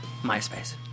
MySpace